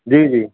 जी जी